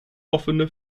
offene